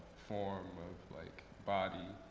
form, of like body,